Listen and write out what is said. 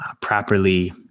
properly